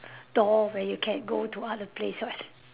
door where you can go to other place one